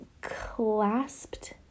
clasped